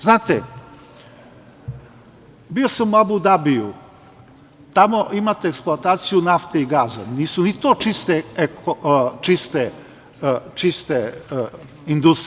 Znate, bio sam u Abu Dabiju, tamo imate eksploataciju nafte i gasa, nisu ni to čiste industrije.